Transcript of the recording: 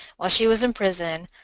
while she was in prison,